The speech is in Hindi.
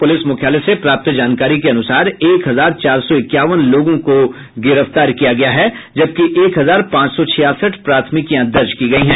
पुलिस मुख्यालय से प्राप्त जानकारी के अनुसार एक हजार चार सौ इक्यावन लोगों को गिरफ्तार किया गया है जबकि एक हजार पांच सौ छियासठ प्राथमिकियां दर्ज की गयी हैं